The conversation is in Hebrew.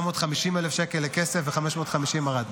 750,000 שקל לכסף ו-550,000 לארד.